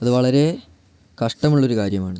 അത് വളരേ കഷ്ടമുള്ളൊരു കാര്യമാണ്